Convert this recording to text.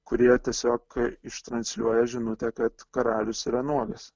kurie tiesiog ištransliuoja žinutę kad karalius yra nuogas